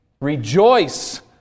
Rejoice